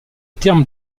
terme